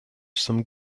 some